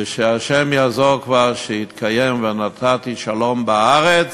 ושהשם יעזור כבר, שיתקיים: "ונתתי שלום בארץ,